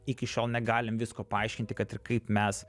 iki šiol negalim visko paaiškinti kad ir kaip mes